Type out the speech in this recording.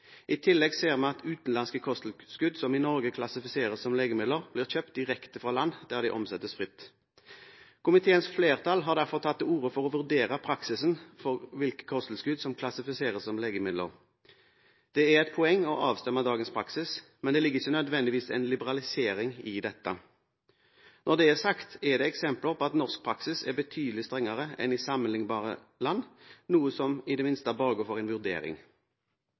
I tillegg ser vi at utenlandske kosttilskudd som i Norge klassifiseres som legemidler, blir kjøpt direkte fra land der de omsettes fritt. Komiteens flertall har derfor tatt til orde for å vurdere praksisen for hvilke kosttilskudd som klassifiseres som legemidler. Det er et poeng å avstemme dagens praksis, men det ligger ikke nødvendigvis en liberalisering i dette. Når det er sagt, er det eksempler på at norsk praksis er betydelig strengere enn i sammenlignbare land, noe som i det minste borger for en ny vurdering.